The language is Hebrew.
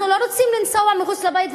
אנחנו לא רוצים לנסוע מחוץ לבית,